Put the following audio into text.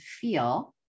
feel